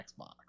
Xbox